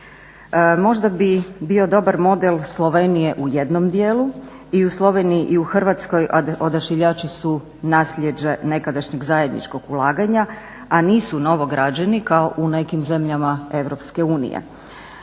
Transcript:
Možda bi bio dobar model Slovenije u jednom dijelu i u Sloveniji i u Hrvatskoj odašiljači su nasljeđe nekadašnjeg zajedničkog ulaganja, a nisu novo građeni kao u nekim zemljama EU.